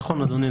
נכון אדוני.